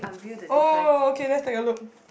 oh okay let's take a look